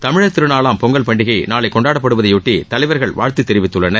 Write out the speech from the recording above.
தமிழர் திருநாளாம் பொங்கல் பண்டிகை நாளை கொண்டாடப்படுவதையொட்டி தலைவர்கள் வாழ்த்து தெரிவித்துள்ளனர்